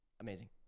Amazing